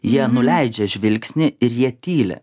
jie nuleidžia žvilgsnį ir jie tyli